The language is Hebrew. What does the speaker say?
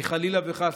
חלילה וחס,